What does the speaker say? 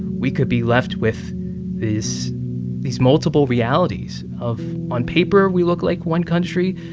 we could be left with this these multiple realities of on paper, we look like one country.